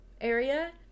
area